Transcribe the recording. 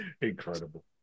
Incredible